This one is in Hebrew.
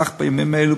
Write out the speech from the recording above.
אך בימים אלה,